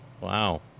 Wow